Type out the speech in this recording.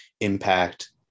impact